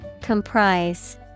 Comprise